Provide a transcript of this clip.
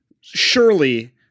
surely